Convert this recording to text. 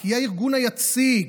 כי היא הארגון היציג,